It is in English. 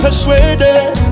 Persuaded